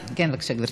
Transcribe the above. כן, בבקשה, גברתי.